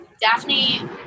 Daphne